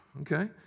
okay